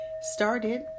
started